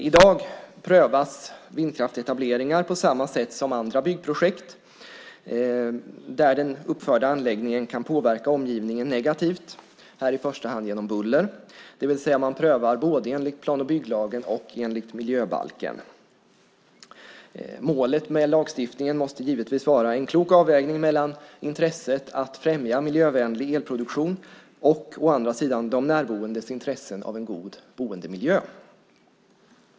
I dag prövas vindkraftsetableringar på samma sätt som andra byggprojekt där den uppförda anläggningen kan påverka omgivningen negativt - här i första hand genom buller. Man prövar både enligt plan och bygglagen och enligt miljöbalken. Målet med lagstiftningen måste givetvis vara en klok avvägning mellan å ena sidan intresset att främja miljövänlig elproduktion, å andra sidan de närboendes intressen av en god boendemiljö.